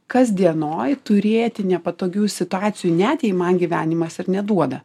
kasdienoj turėti nepatogių situacijų net jei man gyvenimas ir neduoda